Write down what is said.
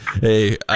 Hey